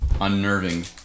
Unnerving